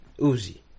Uzi